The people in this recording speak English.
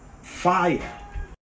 Fire